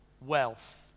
wealth